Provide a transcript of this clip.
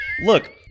Look